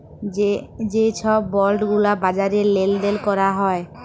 যে ছব বল্ড গুলা বাজারে লেল দেল ক্যরা হ্যয়